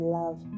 love